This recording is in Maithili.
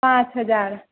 पाँच हजार